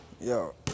Yo